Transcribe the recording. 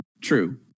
True